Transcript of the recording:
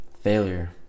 Failure